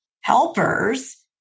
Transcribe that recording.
helpers